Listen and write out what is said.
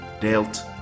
dealt